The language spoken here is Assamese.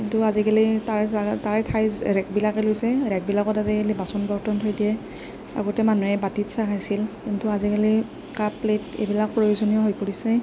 কিন্তু আজিকালি তাৰ জেগা তাৰ ঠাই ৰেকবিলাকে লৈছে ৰেকবিলাকত আজিকালি বাচন বৰ্তন থৈ দিয়ে আগতে মানুহে বাতিত চাহ খাইছিল কিন্তু আজিকালি কাপ প্লেট এইবিলাক প্ৰয়োজনীয় হৈ পৰিছে